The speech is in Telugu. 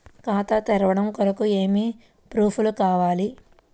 ఖాతా తెరవడం కొరకు ఏమి ప్రూఫ్లు కావాలి?